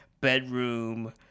bedroom